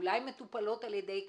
אולי מטופלות על-ידי כב"ה,